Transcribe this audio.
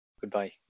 Goodbye